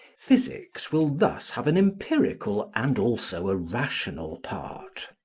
physics will thus have an empirical and also a rational part.